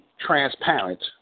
transparent